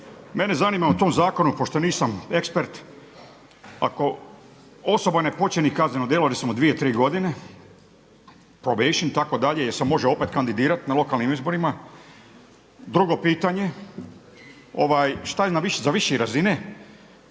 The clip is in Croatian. Mene zanima o tom zakonu pošto nisam ekspert, ako osoba ne počini kazneno djelo recimo dvije, tri godine … itd. jel se može opet kandidirati na lokanim izborima? Drugo pitanje, šta je za više razine